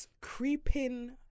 Creeping